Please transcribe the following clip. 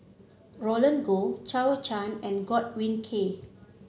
Roland Goh Zhou Can and Godwin Koay